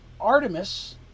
Artemis